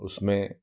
उसमें